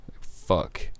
Fuck